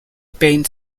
paint